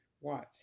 Watch